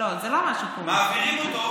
מעבירים אותו.